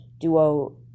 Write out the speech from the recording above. duo